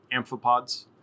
amphipods